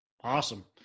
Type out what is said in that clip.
Awesome